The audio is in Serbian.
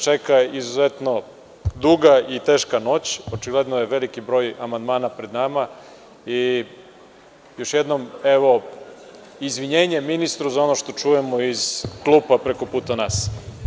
Čeka nas izuzetno duga i teška noć, očigledno je veliki broj amandmana pred nama i još jednom, evo izvinjenje ministru za ono što čujemo iz klupa preko puta nas.